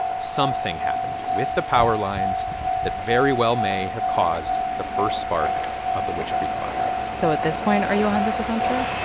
something happened with the power lines that very well may have caused the first spark of the witch creek fire so at this point, are you one hundred percent sure?